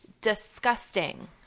disgusting